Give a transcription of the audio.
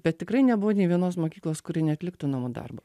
bet tikrai nebuvo nė vienos mokyklos kuri neatliktų namų darbo